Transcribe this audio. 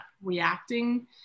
reacting